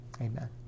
Amen